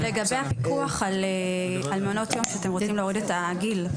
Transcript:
לגבי הפיקוח על מעונות היום שאתם רוצים להוריד את הגיל.